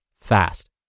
fast